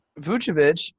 Vucevic